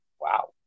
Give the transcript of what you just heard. Wow